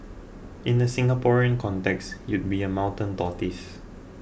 in the Singaporean context you'd be a mountain tortoise